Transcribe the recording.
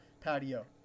patio